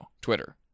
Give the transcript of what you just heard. Twitter